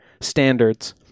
standards